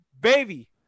Baby